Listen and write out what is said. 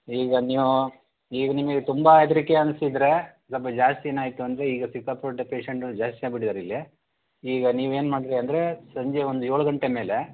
ಈಗ ನೀವು ಈಗ ನಿಮಗೆ ತುಂಬ ಹೆದರಿಕೆ ಅನಿಸಿದ್ರೆ ಸ್ವಲ್ಪ ಜಾಸ್ತಿನೇ ಆಯಿತು ಅಂದರೆ ಈಗ ಸಿಕ್ಕಾಪಟ್ಟೆ ಪೇಷೆಂಟ್ಗಳು ಜಾಸ್ತಿಯಾಗ್ಬಿಟ್ಟಿದಾರೆ ಇಲ್ಲಿ ಈಗ ನೀವೇನು ಮಾಡಿರಿ ಅಂದರೆ ಸಂಜೆ ಒಂದು ಏಳು ಗಂಟೆ ಮೇಲೆ